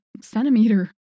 centimeter